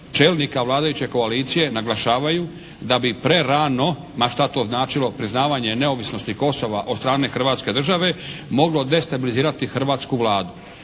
čelnika vladajuće koalicije naglašavaju da bi prerano ma šta to značilo priznavanje neovisnosti Kosova od strane Hrvatske države moglo destabilizirati hrvatsku Vladu.